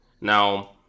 Now